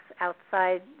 outside